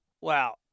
Wow